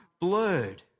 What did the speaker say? blurred